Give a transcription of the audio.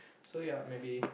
so yeah maybe